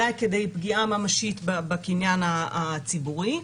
עולה כדי פגיעה ממשית בקניין הציבורי,